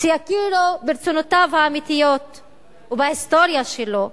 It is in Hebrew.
שיכירו ברצונותיו האמיתיים ובהיסטוריה שלו.